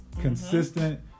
Consistent